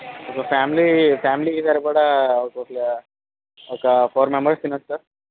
ఒక ఫ్యామిలీ ఫ్యామిలీకి సరిపడా కొద్దిగా ఒక ఫోర్ మెంబర్స్ తినొచ్చు సార్